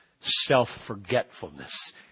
self-forgetfulness